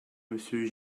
monsieur